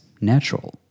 natural